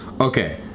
okay